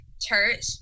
church